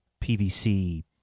PVC